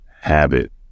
habit